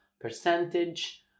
percentage